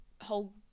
whole